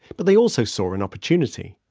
but they also saw an opportunity.